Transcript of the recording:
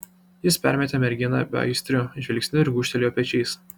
jis permetė merginą beaistriu žvilgsniu ir gūžtelėjo pečiais